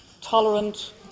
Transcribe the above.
tolerant